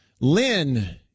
Lynn